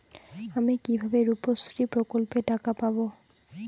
আমি কিভাবে রুপশ্রী প্রকল্পের টাকা পাবো?